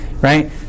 right